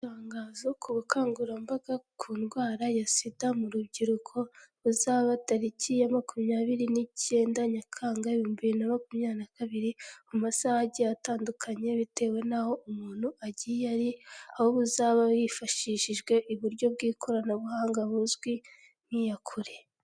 Itangazo ku bukangurambaga ku ndwara ya SIDA mu rubyiruko, buzaba tariki ya makumyabiri n'icyenda Nyakanga ibihumbi bibiri na makumyabiri na kabiri, mu masaha agiye atandukanye bitewe n'aho umuntu agiye ari, aho buzaba hifashishijwe uburyo bw'ikoranabuhanga buzwi nk'iyakure.